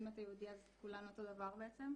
אם אתה יהודי אז כולנו אותו דבר בעצם.